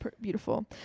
beautiful